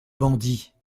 bandit